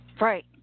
Right